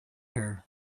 her